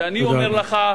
ואני אומר לך,